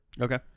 Okay